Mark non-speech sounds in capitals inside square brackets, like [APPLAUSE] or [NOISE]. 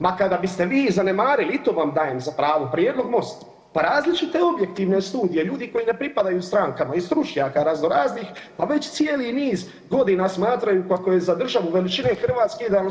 Ma kada biste vi zanemarili i to vam dajem za pravo, prijedlog Mosta pa različite objektivne studije, ljudi koji ne pripadaju strankama i stručnjaka raznoraznih pa već cijeli niz godina smatraju pa ako je za državu veličine Hrvatske … [UNINTELLIGIBLE] 150 jedinica lokalne uprave i samouprave.